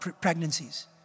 pregnancies